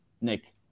Nick